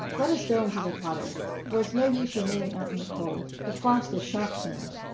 let us go into the cottage, for it's no use remaining out in the cold the frost is sharp to-night.